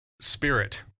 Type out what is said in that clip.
spirit